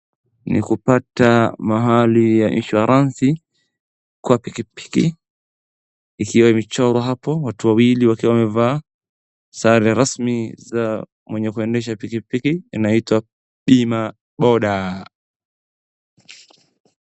Ni kupata mahali ya insuaranci , kwa pikipiki, ikiwa imechorwa hapo, watu wawili wakiwa wamevaa sare rasmi za mwenye kuendesha pikipiki, inaitwa bima boda.